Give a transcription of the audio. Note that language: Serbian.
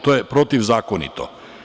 To je protivzakonito.